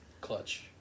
Clutch